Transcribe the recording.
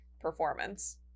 performance